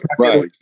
Right